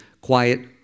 quiet